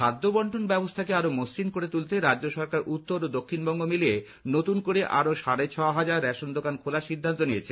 খাদ্য বন্টন ব্যবস্থাকে আরও মসন করে তুলতে রাজ্য সরকার উত্তর ও দক্ষিনবঙ্গ মিলিয়ে নতুন করে আরও সাড়ে ছয় হাজার রেশন দোকান খোলার সিদ্ধান্ত নিয়েছে